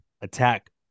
attack